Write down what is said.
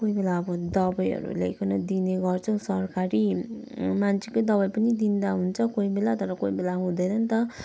कोही बेला अब दबाईहरू ल्याइकन दिने गर्छौँ सरकारी मान्छेकै दबाई पनि दिँदा हुन्छ कोही बेला तर कोही बेला हुँदैन नि त